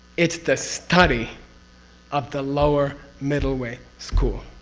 it's the study of the lower middle way school.